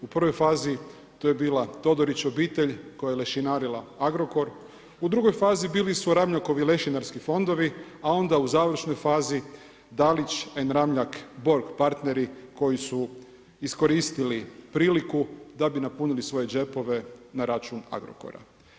U prvoj fazi to je Todorić obitelj koja je lešinarila, u drugoj fazi bili su Ramljakovi lešinarski fondovi a onda u završnoj fazi Dalić & Ramljak Borg partneri koji su iskoristili priliku da bi napunili svoje džepove na račun Agrokora.